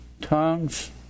Tongues